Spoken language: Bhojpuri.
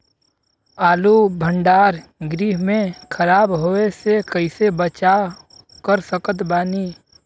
आलू भंडार गृह में खराब होवे से कइसे बचाव कर सकत बानी?